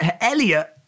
Elliott